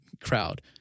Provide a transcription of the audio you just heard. crowd